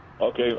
Okay